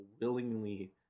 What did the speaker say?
willingly